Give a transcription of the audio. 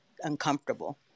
uncomfortable